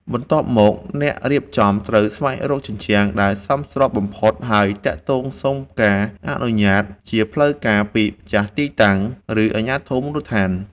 បន្ទាប់មក អ្នករៀបចំត្រូវស្វែងរកជញ្ជាំងដែលសមស្របបំផុត ហើយទាក់ទងសុំការអនុញ្ញាតជាផ្លូវការពីម្ចាស់ទីតាំង ឬអាជ្ញាធរមូលដ្ឋាន។